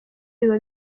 biba